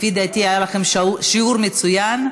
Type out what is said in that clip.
לפי דעתי, היה לכם שיעור מצוין.